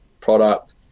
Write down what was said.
product